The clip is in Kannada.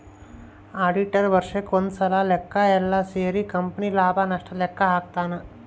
ಆಡಿಟರ್ ವರ್ಷಕ್ ಒಂದ್ಸಲ ಲೆಕ್ಕ ಯೆಲ್ಲ ಸೇರಿ ಕಂಪನಿ ಲಾಭ ನಷ್ಟ ಲೆಕ್ಕ ಹಾಕ್ತಾನ